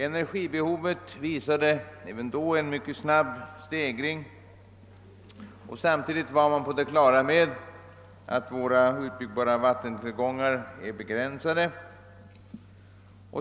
Energibehovet visade även då en mycket snabb stegring. Samtidigt var man på det klara med att våra utbyggbara vattentillgångar är begränsade.